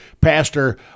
Pastor